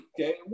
okay